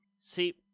See